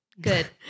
Good